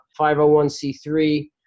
501c3